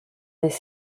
des